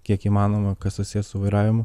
kiek įmanoma kas susiję su vairavimu